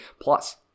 Plus